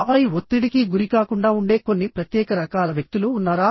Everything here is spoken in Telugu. ఆపై ఒత్తిడికి గురికాకుండా ఉండే కొన్ని ప్రత్యేక రకాల వ్యక్తులు ఉన్నారా